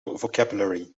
vocabulary